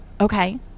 Okay